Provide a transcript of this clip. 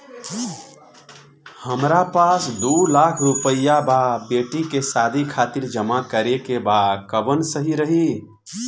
हमरा पास दू लाख रुपया बा बेटी के शादी खातिर जमा करे के बा कवन सही रही?